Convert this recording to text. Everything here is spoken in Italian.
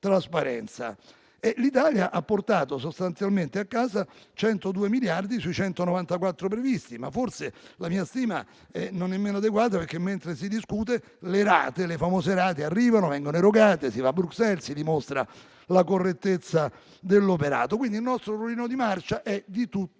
L'Italia ha portato sostanzialmente a casa 102 miliardi sui 194 previsti, ma forse la mia stima non è nemmeno adeguata, perché, mentre si discute, le famose rate arrivano e vengono erogate. Si va a Bruxelles e si dimostra la correttezza dell'operato. Il nostro ruolino di marcia è quindi